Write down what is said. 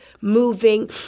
moving